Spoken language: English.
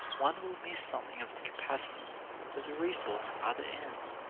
one will miss something of its capacity as a resource for other ends.